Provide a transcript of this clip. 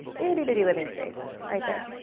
itty bitty living space right there.